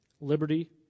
liberty